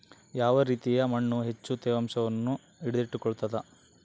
ಯಾವ ರೇತಿಯ ಮಣ್ಣು ಹೆಚ್ಚು ತೇವಾಂಶವನ್ನು ಹಿಡಿದಿಟ್ಟುಕೊಳ್ತದ?